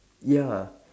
ya